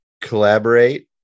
collaborate